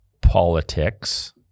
politics